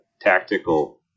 tactical